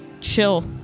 chill